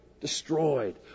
destroyed